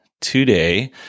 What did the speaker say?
today